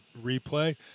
replay